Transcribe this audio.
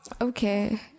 Okay